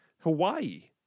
Hawaii